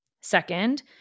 Second